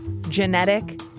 genetic